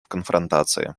конфронтации